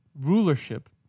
rulership